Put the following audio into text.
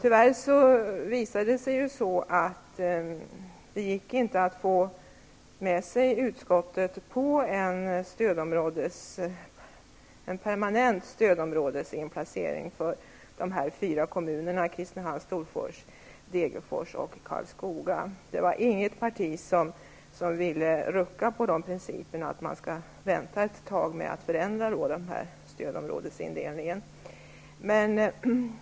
Det visade sig tyvärr omöjligt att få utskottet att gå med på en permanent stödområdesplacering för de fyra kommunerna Kristinehamn, Storfors, Degerfors och Karlskoga. Inget parti ville rucka på principen att vänta ett tag med en förändring av stödområdesindelningen.